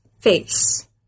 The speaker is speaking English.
face